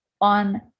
on